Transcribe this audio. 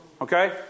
Okay